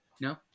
No